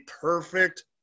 perfect